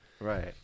Right